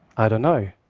i don't know.